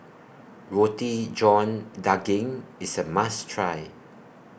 Roti John Daging IS A must Try